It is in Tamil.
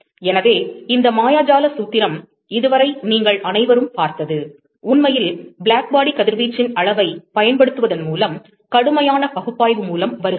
எனவே இந்த மாயாஜால சூத்திரம் இதுவரை நீங்கள் அனைவரும் பார்த்தது உண்மையில் பிளாக் பாடி கதிர்வீச்சின் அளவைப் பயன்படுத்துவதன் மூலம் கடுமையான பகுப்பாய்வு மூலம் வருகிறது